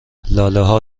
لالهها